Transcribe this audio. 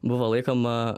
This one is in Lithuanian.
buvo laikoma